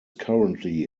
currently